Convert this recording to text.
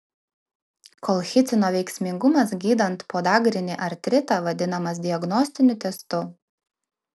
kolchicino veiksmingumas gydant podagrinį artritą vadinamas diagnostiniu testu